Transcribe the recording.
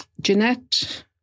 Jeanette